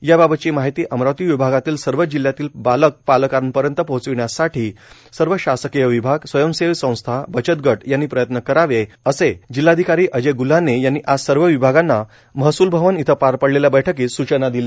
याबाबतची माहिती अमरावती विभागातील सर्व जिल्ह्यातील बालक पालकांपर्यंत पोहोचविण्यासाठी सर्व शासकीय विभाग स्वयंसेवी संस्था बचत गट यांनी प्रयत्न करावे असे जिल्हाधिकारी अजय ग्ल्हाने यांनी आज सर्व विभागांना महसूल भवन इथं पार पडलेल्या बैठकीत सूचना दिल्या